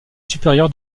supérieur